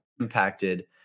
impacted